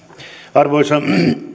arvoisa